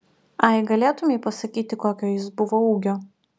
ai galėtumei pasakyti kokio jis buvo ūgio